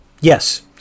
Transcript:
Yes